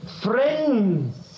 friends